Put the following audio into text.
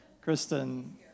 Kristen